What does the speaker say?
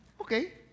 Okay